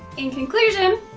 in conclusion,